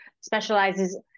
specializes